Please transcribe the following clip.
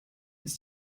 ist